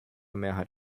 mehrheit